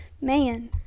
Man